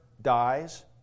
dies